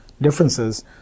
differences